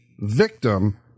victim